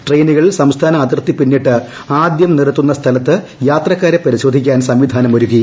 ട്രെയിനുകൾ സംസ്ഥാന അതിർത്തി പിന്നിട്ട് ആദ്യം നിർത്തുന്ന സ്ഥലത്ത് യാത്രക്കാരെ പരിശോധിക്കാൻ സംവിധാനമൊരുക്കി